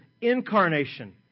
incarnation